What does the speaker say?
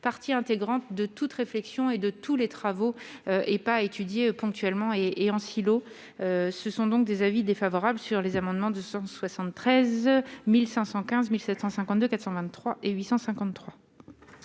partie intégrante de toute réflexion et de tous les travaux et pas étudié ponctuellement et et en silo, ce sont donc des avis défavorable sur les amendements de 173000 515752 423 et 853.